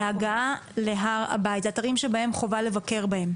אלה אתרים שחובה לבקר בהם.